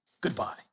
Goodbye